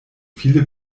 viele